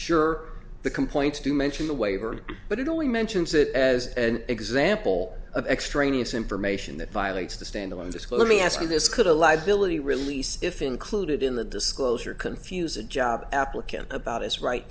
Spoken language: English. sure the complaints do mention the waiver but it only mentions it as an example of extraneous information that violates the standalone disclosure me ask you this could a liability release if included in the disclosure confuse a job applicant about his right